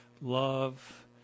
love